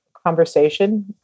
Conversation